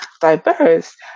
diverse